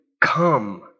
come